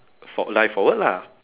for~ lie forward lah